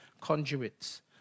conduits